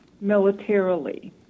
militarily